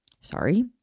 sorry